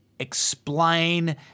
explain